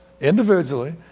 individually